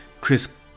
Chris